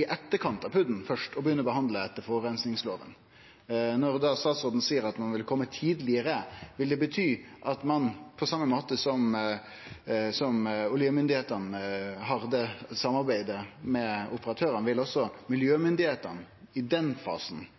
i etterkant av PUD-en og begynner å behandle etter forureiningslova, og statsråden da seier at ein vil kome «tidligere», vil det bety at også miljømyndigheitene i den fasen, på same måte som oljemyndigheitene samarbeider med operatørane, vil vere med på å vurdere tiltak i